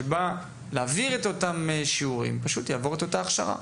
שמעביר את אותם השיעורים יעבור את אותה ההכשרה.